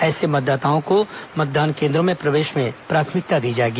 ऐसे मतदाताओं को मतदान केन्द्रों में प्रवेश में प्राथमिकता दी जाएगी